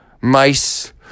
mice